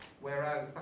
Whereas